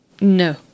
No